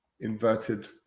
inverted